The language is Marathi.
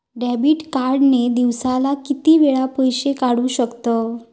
डेबिट कार्ड ने दिवसाला किती वेळा पैसे काढू शकतव?